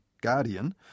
Guardian